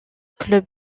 club